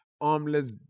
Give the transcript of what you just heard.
armless